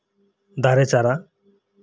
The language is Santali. ᱫᱟᱨᱮ ᱪᱟᱨᱟ